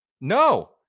No